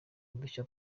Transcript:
udushya